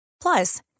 Plus